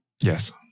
Yes